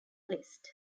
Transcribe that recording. list